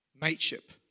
Mateship